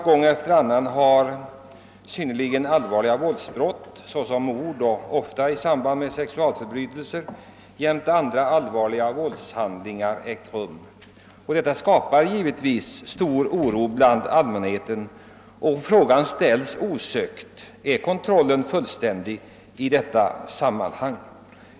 Gång efter annan har synnerligen allvarliga våldsbrott som mord — ofta i samband med sexualförbrytelser — liksom också andra allvarliga våldshandlingar ägt rum, vilket givetvis skapar stor oro hos allmänheten. Frågan ställs därför osökt om kontrollen i detta sammanhang är fullständig.